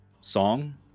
song